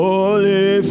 Holy